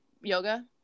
yoga